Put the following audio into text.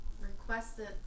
requested